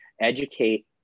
educate